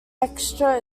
extra